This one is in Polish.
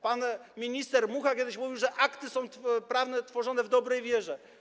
Pan minister Mucha kiedyś mówił, że akty prawne tworzone są w dobrej wierze.